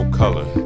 color